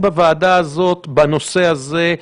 הפלטפורמה הנוכחית איננה מאפשרת לנו לענות על השאלה הזאת.